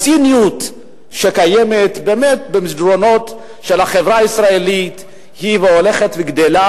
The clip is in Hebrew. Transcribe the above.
הציניות שקיימת במסדרונות החברה הישראלית הולכת וגדלה,